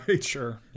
Sure